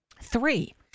Three